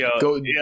go